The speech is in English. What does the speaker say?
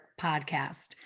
podcast